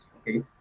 okay